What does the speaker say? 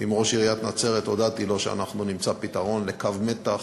עם ראש עיריית נצרת והודעתי לו שנמצא פתרון לקו מתח: